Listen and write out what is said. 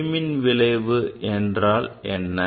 ஒளிமின் விளைவு என்றால் என்ன